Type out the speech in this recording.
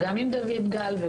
וגם עם דוד גל,